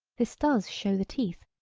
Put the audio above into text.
this does show the teeth,